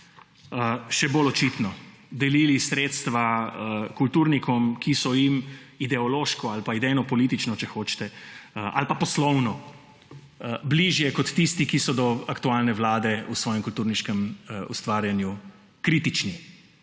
še bolj očitno delili sredstva kulturnikom, ki so jim ideološko ali pa idejno-politično, če hočete, ali pa poslovno, bližje kot tisti, ki so do aktualne vlade v svojem kulturniškem ustvarjanju kritični,